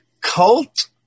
Cult